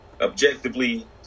objectively